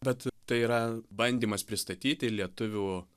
bet tai yra bandymas pristatyti lietuvių